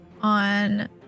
on